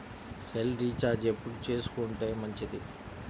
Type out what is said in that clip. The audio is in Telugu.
సెల్ రీఛార్జి ఎప్పుడు చేసుకొంటే మంచిది?